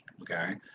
okay